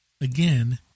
again